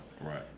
Right